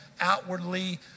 outwardly